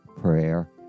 prayer